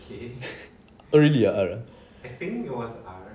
oh really ah